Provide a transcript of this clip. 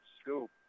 scoop